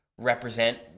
represent